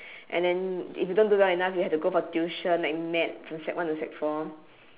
and then if you don't do well enough you have to go for tuition like mad from sec one to sec four